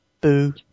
Boo